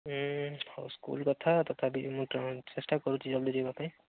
ହୁଁ ହଉ ସ୍କୁଲ୍ କଥା ତଥାପି ମୁଁ ଟ୍ରାଏ ଚେଷ୍ଟା କରୁଛି ଜଲଦି ଯିବାପାଇଁ